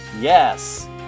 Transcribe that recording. Yes